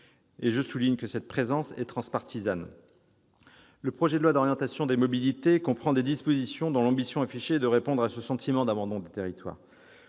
Et je souligne que cette présence est transpartisane. Le projet de loi d'orientation des mobilités comprend des dispositions dont l'ambition affichée est de répondre à ce sentiment d'abandon des territoires.